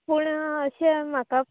पूण अशें म्हाका